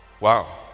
wow